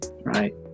right